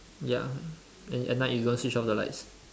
ya at night you don't switch off the lights